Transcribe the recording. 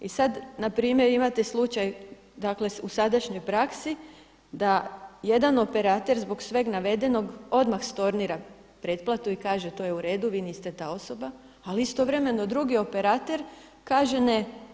I sad na primjer imate slučaj, dakle u sadašnjoj praksi da jedan operater zbog sveg navedenog odmah stornira pretplatu i kaže to je uredu, vi niste ta osoba, ali istovremeno drugi operater kaže ne.